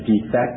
defect